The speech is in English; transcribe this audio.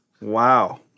Wow